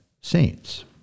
saints